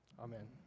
Amen